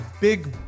big